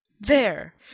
There